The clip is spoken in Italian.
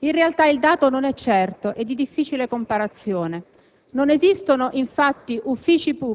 In realtà il dato non è certo e di difficile comparazione: